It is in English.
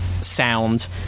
sound